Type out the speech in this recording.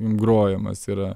grojamas yra